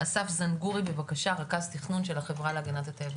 אסף זנזורי רכז תכנון של החברה להגנת הטבע,